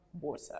water